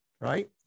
right